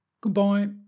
Goodbye